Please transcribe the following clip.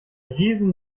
riesen